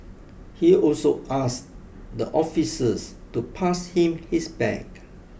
he also asked the officers to pass him his bag